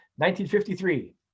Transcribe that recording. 1953